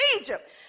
Egypt